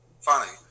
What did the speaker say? funny